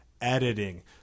editing